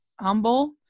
humble